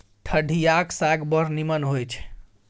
ठढियाक साग बड़ नीमन होए छै